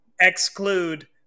exclude